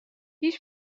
پیش